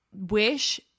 wish